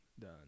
done